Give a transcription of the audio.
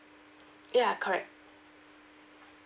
ya correct